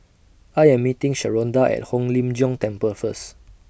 I Am meeting Sharonda At Hong Lim Jiong Temple First